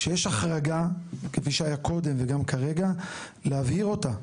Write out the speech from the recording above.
כשיש החרגה, כפי שהיה קודם וגם כרגע, להבהיר אותה.